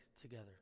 together